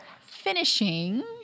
finishing